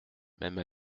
même